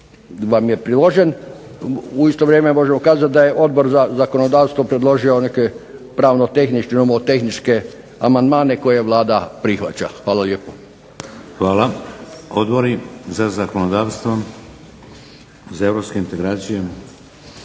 Hvala. Odbori? Za zakonodavstvo? Za europske integracije?